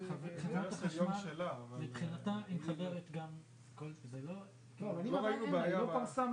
אני לא רוצה לייצר